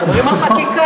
מדברים על חקיקה.